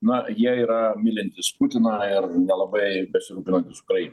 na jie yra mylintys putiną ir nelabai besirūpinantys ukraina